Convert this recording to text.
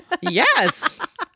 Yes